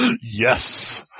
Yes